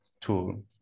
tool